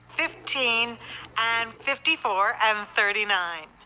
fifteen and fifty four and thirty nine